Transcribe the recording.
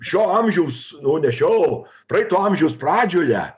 šio amžiaus nu ne šio praeito amžiaus pradžioje